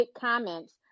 comments